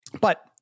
But-